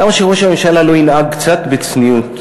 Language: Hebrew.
למה שראש הממשלה לא ינהג קצת בצניעות?